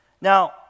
Now